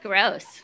Gross